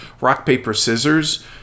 rock-paper-scissors